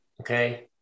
Okay